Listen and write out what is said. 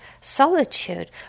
solitude